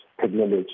technology